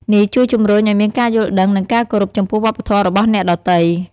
នេះជួយជំរុញឲ្យមានការយល់ដឹង និងការគោរពចំពោះវប្បធម៌របស់អ្នកដទៃ។